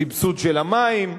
סבסוד של המים.